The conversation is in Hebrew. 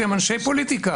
שהם אנשי פוליטיקה.